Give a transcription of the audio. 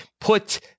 put